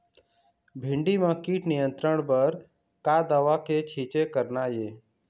भिंडी म कीट नियंत्रण बर का दवा के छींचे करना ये?